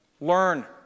Learn